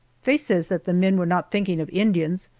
faye says that the men were not thinking of indians,